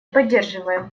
поддерживаем